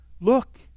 Look